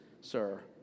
sir